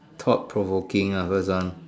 thought provoking ah first one